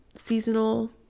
seasonal